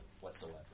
whatsoever